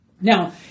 Now